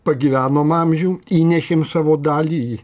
pagyvenom amžių įnešėm savo dalį į